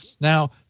Now